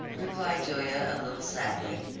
replied julia a little sadly.